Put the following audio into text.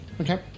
Okay